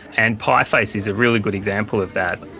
and pie face is a really good example of that.